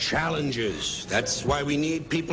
challenges that's why we need people